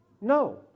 No